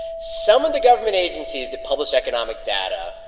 some of the government agencies that publish economic data.